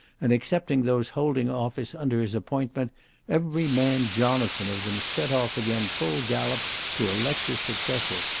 and, excepting those holding office under his appointment, every man jonathan of them set off again full gallop to elect his successor.